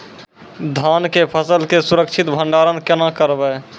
धान के फसल के सुरक्षित भंडारण केना करबै?